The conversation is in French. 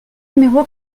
numéro